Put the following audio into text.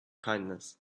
kindness